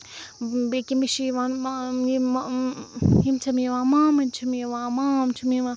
أکہِ مےٚ چھِ یِوان ما ٲں یِم یِم چھیٚم یِوان مامٕنۍ چھیٚم یِوان مام چھِم یِوان